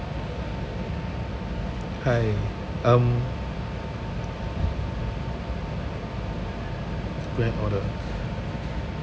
hi um order